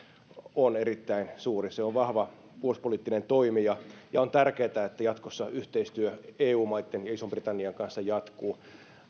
on erittäin suuri se on vahva puolustuspoliittinen toimija ja on tärkeätä että jatkossa yhteistyö eu maitten ja ison britannian välillä jatkuu minä